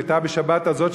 שהיתה בשבת הזאת,